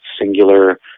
singular